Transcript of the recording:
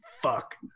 fuck